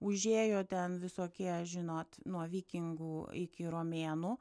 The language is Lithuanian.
užėjo ten visokie žinot nuo vikingų iki romėnų